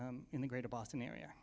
g in the greater boston area